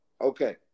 okay